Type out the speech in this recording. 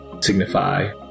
signify